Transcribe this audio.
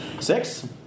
Six